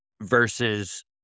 versus